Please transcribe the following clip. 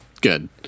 Good